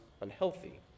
unhealthy